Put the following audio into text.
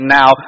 now